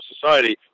society